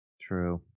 True